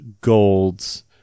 golds